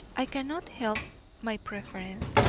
i cannot help my preference.